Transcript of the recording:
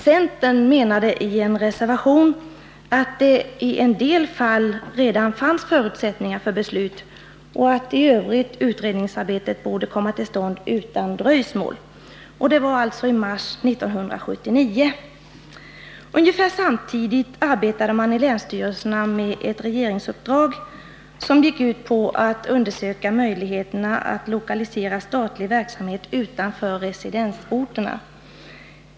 Centern menade i en reservation att det i en del fall redan fanns förutsättningar för beslut och att utredningsarbetet borde komma till stånd utan dröjsmål. Det var i mars 1979. Ungefär samtidigt arbetade man i länsstyrelserna med ett regeringsupp drag som gick ut på att undersöka möjligheterna att lokalisera statlig verksamhet utanför residensorterna.